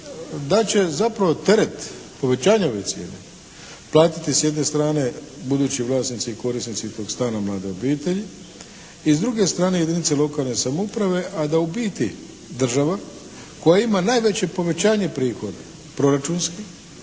da će zapravo teret povećanja ove cijene platiti s jedne strane budući vlasnici i korisnici tog stana, mlade obitelji. I s druge strane jedinice lokalne samouprave a da u biti država koja ima najveće povećanje prihoda proračunskih